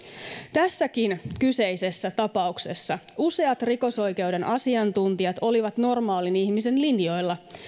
tässäkin kyseisessä tapauksessa useat rikosoikeuden asiantuntijat olivat normaalin ihmisen linjoilla